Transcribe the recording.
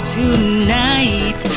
tonight